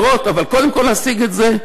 אבל קודם כול להשיג את זה.